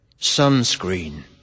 sunscreen